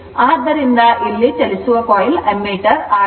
ಆದ್ದರಿಂದ ಇಲ್ಲಿ ಇದು ಚಲಿಸುವ coil ammeter ಆಗಿದೆ